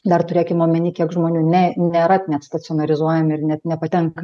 dar turėkim omeny kiek žmonių ne nėra net stacionarizuojami ir net nepatenka